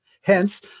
Hence